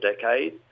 decade